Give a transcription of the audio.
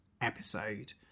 episode